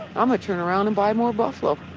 um turn around and buy more buffalo,